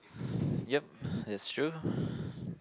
yup that's true